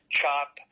chop